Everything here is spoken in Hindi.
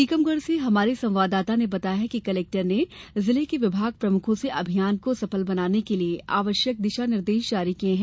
टीकमगढ़ से हमारे संवाददाता ने बताया है कि कलेक्टर ने जिले के विभाग प्रमुखों से अभियान को सफल बनाने के लिए आवश्यक दिशा निर्देश जारी किए है